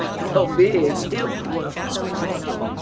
so big. it was horrible,